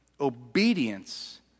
Obedience